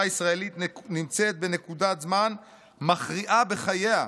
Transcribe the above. הישראלית נמצאת בנקודת זמן מכריעה בחייה.